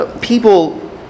people